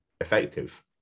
effective